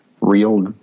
real